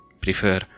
prefer